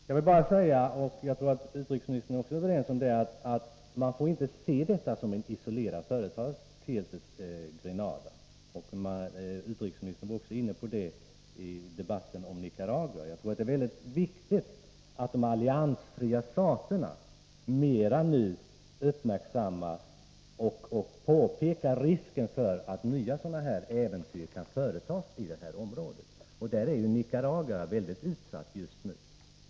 Jag tror att utrikesministern är överens med mig om att man inte får se Grenada som en isolerad företeelse — utrikesministern var inne på det också i debatten om Nicaragua. Jag tror att det är väldigt viktigt att de alliansfria staterna nu mera uppmärksammar och påpekar risken för att nya sådana här äventyr kan företas i detta område. Där är ju Nicaragua väldigt utsatt just nu.